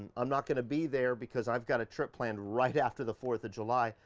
i'm not gonna be there because i've got a trip planned right after the fourth of july.